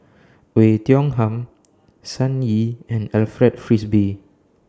Oei Tiong Ham Sun Yee and Alfred Frisby